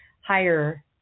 higher